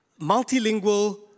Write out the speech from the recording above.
multilingual